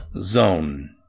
zone